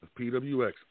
PWX